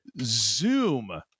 zoom